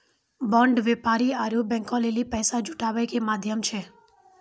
bond व्यापारी आरु बैंको लेली पैसा जुटाबै के माध्यम छै